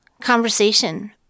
conversation